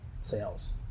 sales